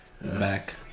back